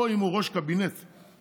או אם הוא ראש קבינט מסוים,